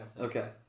okay